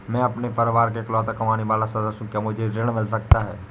मैं अपने परिवार का इकलौता कमाने वाला सदस्य हूँ क्या मुझे ऋण मिल सकता है?